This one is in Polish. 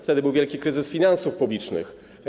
Wtedy był wielki kryzys finansów publicznych.